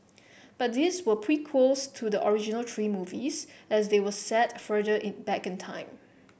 but these were prequels to the original three movies as they were set further in back in time